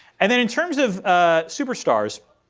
and then in terms of ah superstars,